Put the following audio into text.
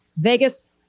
Vegas